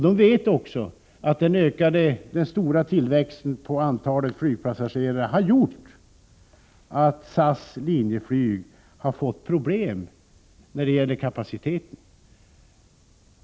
De vet också att den stora tillväxten av antalet flygpassagerare har gjort att SAS-Linjeflyg har fått problem när det gäller kapaciteten.